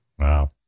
Wow